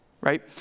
right